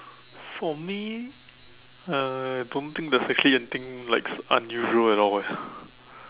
for me I don't think there's actually anything like unusual at all eh